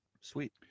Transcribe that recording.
sweet